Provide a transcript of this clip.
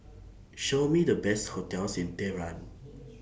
Show Me The Best hotels in Tehran